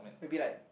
we'll be like